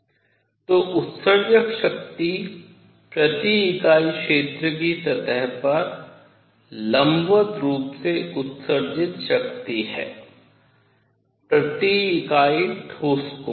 तो उत्सर्जक शक्ति प्रति इकाई क्षेत्र की सतह पर लंबवत रूप से उत्सर्जित शक्ति है प्रति इकाई ठोस कोण